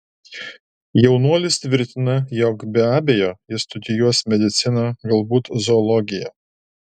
jaunuolis tvirtina jog be abejo jis studijuos mediciną galbūt zoologiją